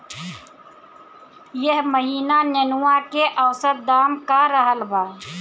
एह महीना नेनुआ के औसत दाम का रहल बा?